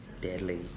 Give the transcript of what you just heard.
deadly